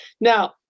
Now